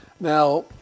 Now